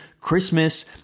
Christmas